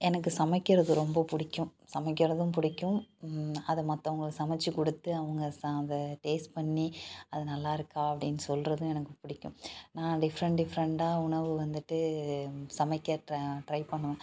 எனக்கு சமைக்கிறது ரொம்ப பிடிக்கும் சமைக்கிறதும் பிடிக்கும் அதை மற்றவங்களுக்கு சமைச்சு கொடுத்து அவங்க சா அதை டேஸ்ட் பண்ணி அது நல்லாயிருக்கா அப்படின்னு சொல்கிறதும் எனக்கு பிடிக்கும் நான் டிஃப்ரெண்ட் டிஃப்ரெண்ட்டாக உணவு வந்துட்டு சமைக்க ட்ரை பண்ணுவேன்